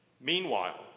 Meanwhile